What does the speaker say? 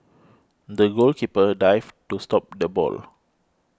the goalkeeper dived to stop the ball